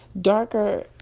darker